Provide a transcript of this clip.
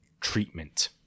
treatment